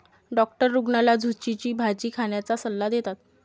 doctor रुग्णाला झुचीची भाजी खाण्याचा सल्ला देतात